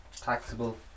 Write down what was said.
taxable